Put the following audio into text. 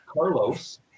Carlos